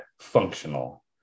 functional